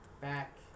back